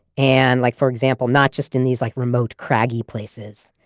and like for example, not just in these like remote, craggy places.